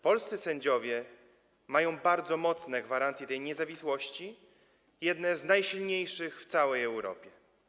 Polscy sędziowie mają bardzo mocne gwarancje tej niezawisłości, jedne z najsilniejszych w całej Europie.